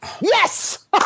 Yes